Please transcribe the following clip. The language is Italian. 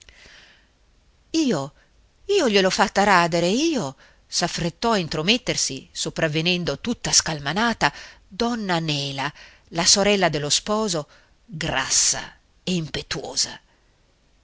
io io gliel'ho fatta radere io s'affrettò a intromettersi sopravvenendo tutta scalmanata donna nela la sorella dello sposo grassa e impetuosa